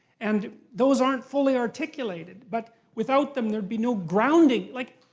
and those aren't fully articulated. but without them there'd be no grounding. like,